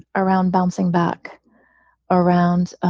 around, bouncing back around,